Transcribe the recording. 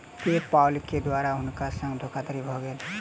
पे पाल के द्वारा हुनका संग धोखादड़ी भ गेल